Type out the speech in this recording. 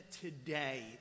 today